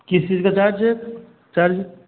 किस चीज़ का चार्ज चार्ज